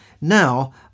now